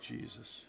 Jesus